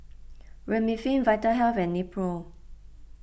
Remifemin Vitahealth and Nepro